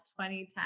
2010